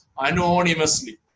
anonymously